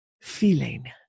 feeling